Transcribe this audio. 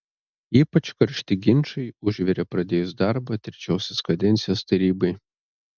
ypač karšti ginčai užvirė pradėjus darbą trečiosios kadencijos tarybai